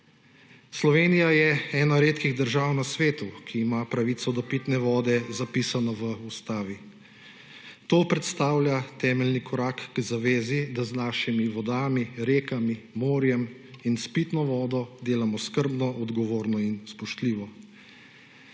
Slovenija je ena redkih držav na svetu, ki ima pravico do pitne vode zapisano v ustavi. To predstavlja temeljni korak k zavezi, da z našimi vodami, rekami, morjem in s pitno vodo delamo skrbno, odgovorno in spoštljivo.